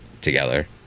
together